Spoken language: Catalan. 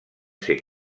ser